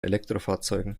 elektrofahrzeugen